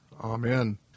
Amen